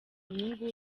inyungu